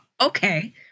Okay